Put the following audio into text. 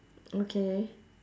okay